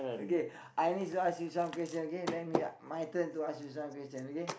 okay I need to ask you some question okay let me my turn to ask you some question okay